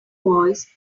voice